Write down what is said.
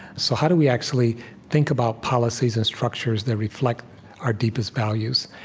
so how do we actually think about policies and structures that reflect our deepest values,